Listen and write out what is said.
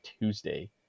Tuesday